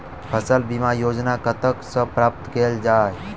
फसल बीमा योजना कतह सऽ प्राप्त कैल जाए?